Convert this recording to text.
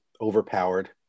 overpowered